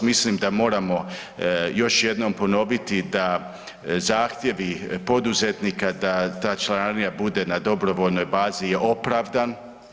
Mislim da moramo još jednom ponoviti da zahtjevi poduzetnika da ta članarina bude na dobrovoljnoj bazi je opravdan.